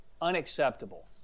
unacceptable